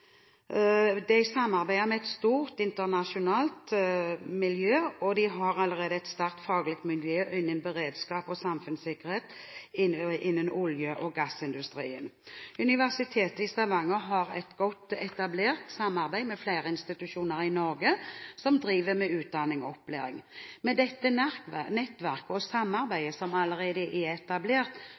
De samarbeider med et stort miljø internasjonalt og har allerede et sterkt faglig miljø innenfor beredskap og samfunnssikkerhet i olje- og gassindustrien. Universitetet i Stavanger har et godt etablert samarbeid med flere institusjoner i Norge som driver med utdanning og opplæring. Med dette nettverket og samarbeidet som allerede er etablert,